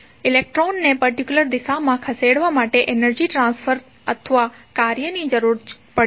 ઇલેક્ટ્રોનને પર્ટિક્યુલર દિશામાં ખસેડવા માટે એનર્જી ટ્રાન્સફર અથવા કાર્યની જરૂર પડે છે